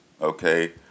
Okay